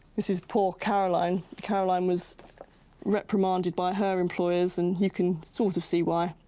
this is poor caroline. caroline was reprimanded by her employers and you can sort of see why.